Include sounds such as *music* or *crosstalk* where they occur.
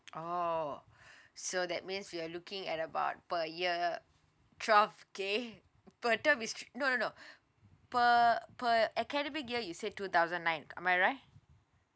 oh *breath* so that means we are looking at about per year twelve K per term is no no *breath* per per academic year you said two thousand nine am I right